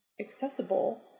accessible